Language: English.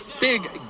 Big